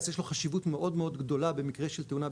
יש לו חשיבות מאוד גדולה במקרה של תאונה,